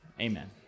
amen